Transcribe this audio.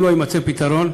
אם לא יימצא פתרון,